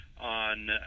on